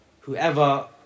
whoever